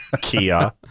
Kia